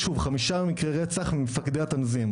שוב חמישה מקרי רצח ממפקדי התנזים,